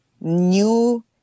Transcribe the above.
new